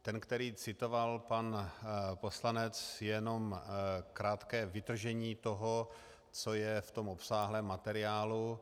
Ten, který citoval pan poslanec, je jenom krátké vytržení toho, co je v obsáhlém materiálu.